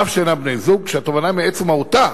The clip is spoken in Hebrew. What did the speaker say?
אף שאינם בני-זוג, כשהתובענה מעצם מהותה,